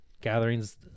gatherings